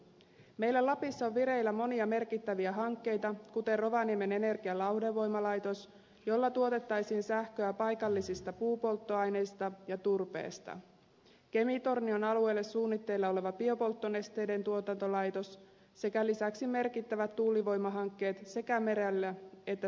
meillä lapissa on vireillä monia merkittäviä hankkeita kuten rovaniemen energian lauhdevoimalaitos jolla tuotettaisiin sähköä paikallisista puupolttoaineista ja turpeesta kemitornion alueelle suunnitteilla oleva biopolttonesteiden tuotantolaitos sekä lisäksi merkittävät tuulivoimahankkeet sekä merellä että sisämaassa